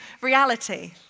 reality